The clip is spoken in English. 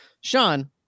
Sean